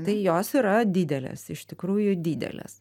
tai jos yra didelės iš tikrųjų didelės